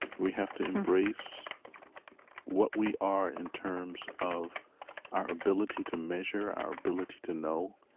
we have to embrace what we are in terms of our ability to measure, our ability to know,